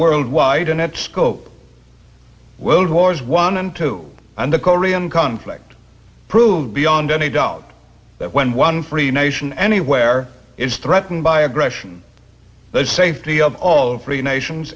world wide and it scope well wars one and two and the korean conflict proved beyond any doubt that when one free nation anywhere it's threatened by aggression the safety of all free nations